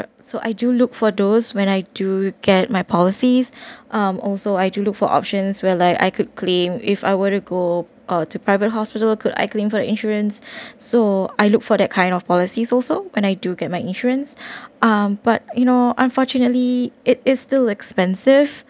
so I do look for those when I do get my policies um also I do look for options where like I could claim if I were to go uh to private hospital could I claim for the insurance so I look for that kind of policies also when I do get my insurance um but you know unfortunately it is still expensive